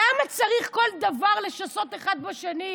למה צריך כל דבר לשסות אחד בשני?